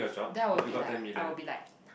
that will be like I will be like